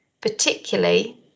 particularly